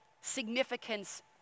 significance